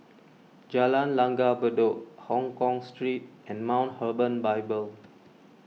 Jalan Langgar Bedok Hongkong Street and Mount Hermon Bible